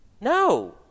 No